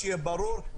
שיהיה ברור,